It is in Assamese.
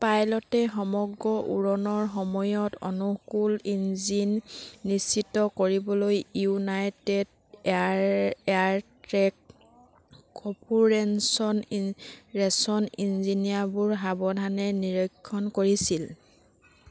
পাইলটে সমগ্ৰ উৰণৰ সময়ত অনুকূল ইঞ্জিন নিশ্চিত কৰিবলৈ United Air Air track corporation ৰেচন ইঞ্জিনবোৰ সাৱধানে নিৰীক্ষণ কৰিছিল